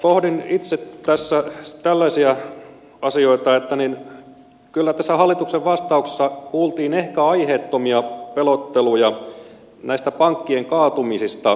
pohdin itse tässä tällaisia asioita että kyllä tässä hallituksen vastauksessa kuultiin ehkä aiheettomia pelotteluja näistä pankkien kaatumisista